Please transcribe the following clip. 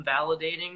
validating